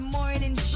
Morning